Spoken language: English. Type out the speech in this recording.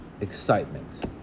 excitement